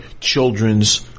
Children's